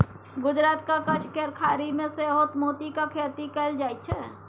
गुजरातक कच्छ केर खाड़ी मे सेहो मोतीक खेती कएल जाइत छै